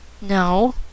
No